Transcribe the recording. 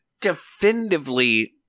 definitively